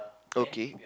okay